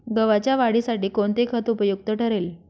गव्हाच्या वाढीसाठी कोणते खत उपयुक्त ठरेल?